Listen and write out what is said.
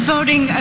Voting